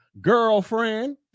girlfriend